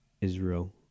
Israel